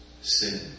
Sin